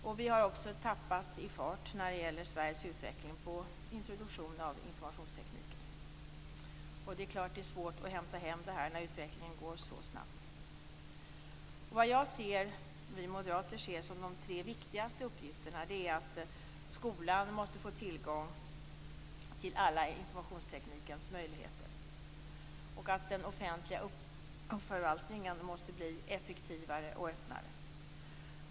Sverige har också tappat i fart när det gäller utveckling och introduktion av informationstekniken. Det är klart att det är svårt att hämta in när utvecklingen går så snabbt. Det vi moderater ser som en av de tre viktigaste uppgifterna är att ge skolan tillgång till alla informationsteknikens möjligheter. Den offentliga förvaltningen måste också bli effektivare och öppnare.